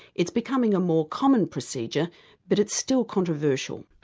it's becoming a more common procedure but it's still controversial.